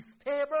stable